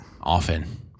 Often